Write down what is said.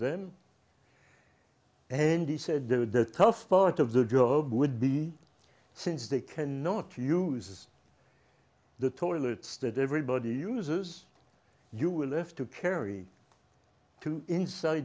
them and he said the toughest part of the job would be since they cannot uses the toilets that everybody uses you were left to carry to in